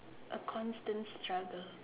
a constant struggle